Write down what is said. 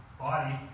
body